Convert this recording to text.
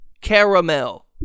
Caramel